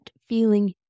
feeling